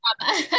trauma